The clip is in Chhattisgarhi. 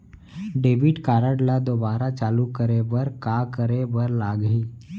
डेबिट कारड ला दोबारा चालू करे बर का करे बर लागही?